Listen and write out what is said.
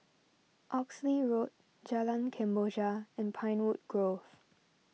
Oxley Road Jalan Kemboja and Pinewood Grove